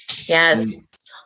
Yes